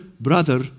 brother